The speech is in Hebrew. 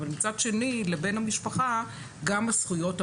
אבל מצד שני לבן המשפחה גם הזכויות,